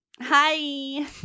Hi